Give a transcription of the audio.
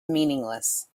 meaningless